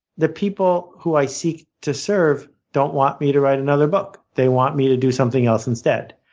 the people who i seek to serve don't want me to write another book. they want me to do something else, instead.